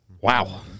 Wow